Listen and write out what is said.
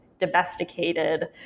domesticated